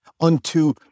unto